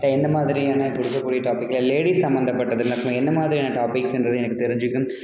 இல்ல எந்த மாதிரியான கொடுக்கக்கூடிய டாப்பிக்கு லேடீஸ் சம்பந்தப்பட்டது மேக்சிமம் எந்த மாதிரியான டாப்பிக்ஸுன்றது எனக்கு தெரிஞ்சுக்கணும்